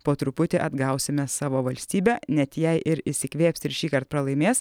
po truputį atgausime savo valstybę net jei ir išsikvėps ir šįkart pralaimės